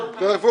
אתה לא